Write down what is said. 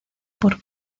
por